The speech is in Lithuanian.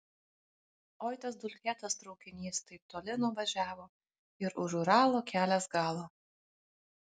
oi tas dulkėtas traukinys taip toli nuvažiavo ir už uralo kelias galo